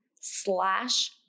slash